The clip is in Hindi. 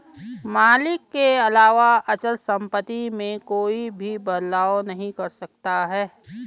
मालिक के अलावा अचल सम्पत्ति में कोई भी बदलाव नहीं कर सकता है